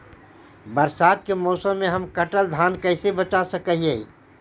बरसात के मौसम में हम कटल धान कैसे बचा सक हिय?